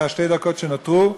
בשתי דקות שנותרו,